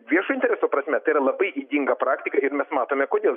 viešo intereso prasme tai yra labai ydinga praktika ir mes matome kodėl